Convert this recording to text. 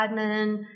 admin